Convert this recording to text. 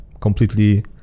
completely